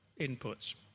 inputs